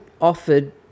offered